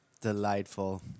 Delightful